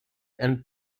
and